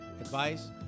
advice